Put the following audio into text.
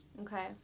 Okay